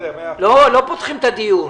לא פותחים את הדיון.